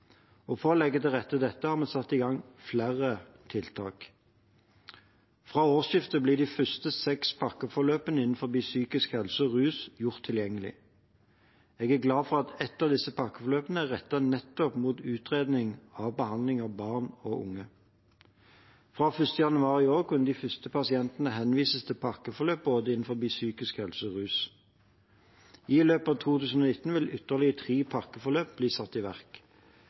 bedre. For å legge til rette for dette har vi satt i gang flere tiltak. Fra årsskiftet ble de første seks pakkeforløpene innen psykisk helse og rus gjort tilgjengelig. Jeg er glad for at ett av disse pakkeforløpene er rettet mot nettopp utredning og behandling av barn og unge. Fra 1. januar i år kunne de første pasientene henvises til pakkeforløp innen både psykisk helse og rus. I løpet av 2019 vil ytterligere tre pakkeforløp bli satt i verk.